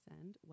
send